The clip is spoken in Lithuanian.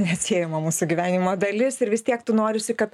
neatsiejama mūsų gyvenimo dalis ir vis tiek tu norisi kad